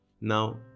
Now